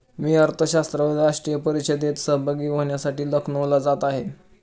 मी अर्थशास्त्रावरील राष्ट्रीय परिषदेत सहभागी होण्यासाठी लखनौला जात आहे